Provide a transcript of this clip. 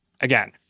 Again